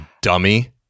dummy